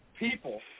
people